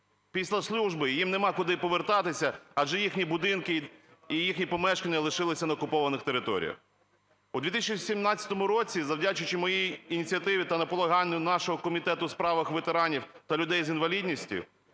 Після служби їм немає куди повертатися, адже їхні будинки і їхні помешкання лишилися на окупованих територіях. У 2017 році, завдячуючи моїй ініціативі та наполяганню нашого Комітету у справах ветеранів та людей з інвалідністю,